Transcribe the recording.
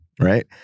right